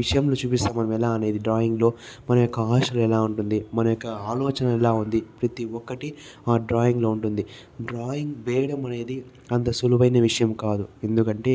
విషయంలో చూపిస్తాము మనము ఎలా అనేది డ్రాయింగ్లో మన యొక్క ఆశలు ఎలా ఉంటుంది మన యొక్క ఆలోచనలు ఎలా ఉంది ప్రతి ఒక్కటి ఆ డ్రాయింగ్లో ఉంటుంది డ్రాయింగ్ వేయడం అనేది అంత సులువైన విషయం కాదు ఎందుకంటే